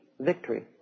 victory